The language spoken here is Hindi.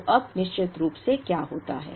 तो अब निश्चित रूप से क्या होता है